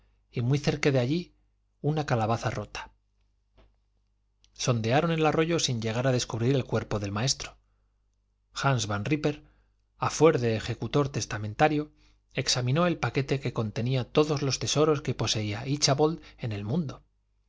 y muy cerca de allí una calabaza rota sondearon el arroyo sin llegar a descubrir el cuerpo del maestro hans van rípper a fuer de ejecutor testamentario examinó el paquete que contenía todos los tesoros que poseía íchabod en el mundo